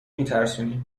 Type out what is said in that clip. میترسونی